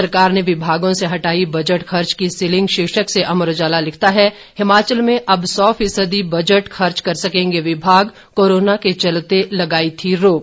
सरकार ने विभागों से हटाई बजट खर्च की सीलिंग शीर्षक से अमर उजाला लिखता है हिमाचल में अब सौ फीसदी बजट खर्च सकेंगे विभाग कोरोना के चलते लगाई थी रोक